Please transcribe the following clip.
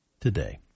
today